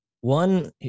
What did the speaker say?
one